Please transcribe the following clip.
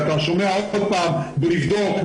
אתה שומע עוד פעם, נבדוק,